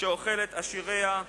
שאוכלת עשיריה.